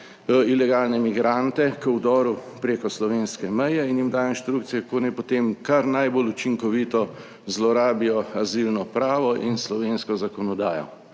ilegalne migrante k vdoru preko slovenske meje in jim da inštrukcije kako naj potem kar najbolj učinkovito zlorabijo azilno pravo in slovensko zakonodajo.